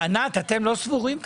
ענת, אתם לא סבורים כך?